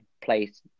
place